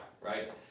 right